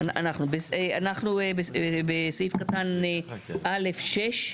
אנחנו בסעיף קטן א(6).